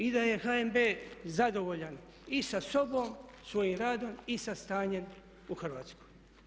I da je HNB zadovoljan i sa sobom, svojim radom i sa stanjem u Hrvatskoj.